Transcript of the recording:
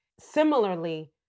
Similarly